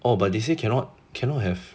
oh but they say cannot cannot have